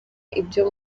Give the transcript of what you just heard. ibyo